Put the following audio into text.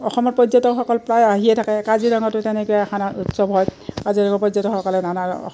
অসমত পৰ্যটকসকল প্ৰায় আহিয়ে থাকে কাজিৰঙাতো তেনেকৈ এখন উৎসৱ হয় কাজিৰঙাৰ পৰ্যটকসকলে নানা